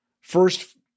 first